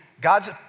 God's